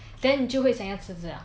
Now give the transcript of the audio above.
then 你就会想要辞职 liao